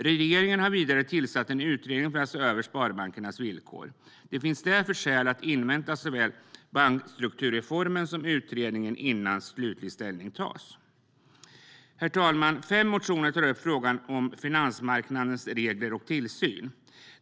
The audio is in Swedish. Regeringen har vidare tillsatt en utredning för att se över sparbankernas villkor. Det finns därför skäl att invänta såväl bankstrukturreformen som utredningen innan slutlig ställning tas. Herr talman! I fem motioner tar man upp frågan om finansmarknadens regler och tillsyn.